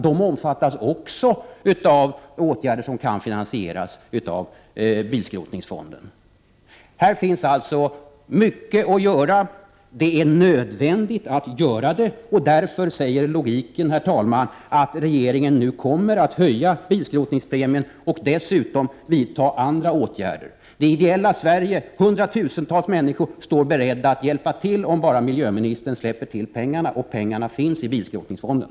De omfattas också av åtgärder som kan finansieras av bilskrotningsfonden. Det finns alltså mycket att göra. Det är också nödvändigt att göra det. Därför säger logiken, herr talman, att regeringen nu kommer att höja bilskrotningspremien och dessutom vidta andra åtgärder. Det ideella Sverige, hundratusentals människor, står beredda att hjälpa till om bara miljöministern släpper till pengarna, och pengarna finns i bilskrotningsfonden.